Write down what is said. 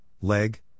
Leg